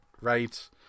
right